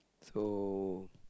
so